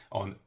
on